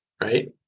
right